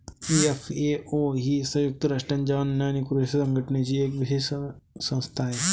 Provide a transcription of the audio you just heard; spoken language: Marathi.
एफ.ए.ओ ही संयुक्त राष्ट्रांच्या अन्न आणि कृषी संघटनेची एक विशेष संस्था आहे